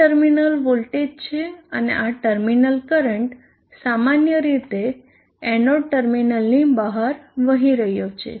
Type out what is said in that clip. આ terminal voltage છે અને ટર્મિનલ કરંટ સામાન્ય રીતે એનોડ ટર્મિનલની બહાર વહી રહ્યો છે